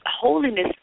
holiness